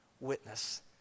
witness